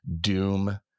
doom